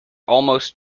almost